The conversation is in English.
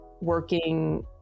working